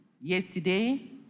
yesterday